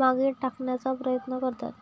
मागे टाकण्याचा प्रयत्न करतात